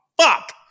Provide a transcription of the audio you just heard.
fuck